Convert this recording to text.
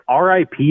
RIP